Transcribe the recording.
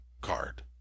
card